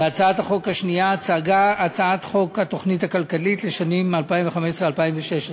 והצעת החוק השנייה היא הצעת חוק התוכנית הכלכלית לשנים 2015 ו-2016.